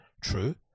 True